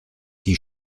die